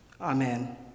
Amen